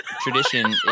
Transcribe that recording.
tradition